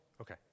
Okay